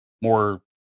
more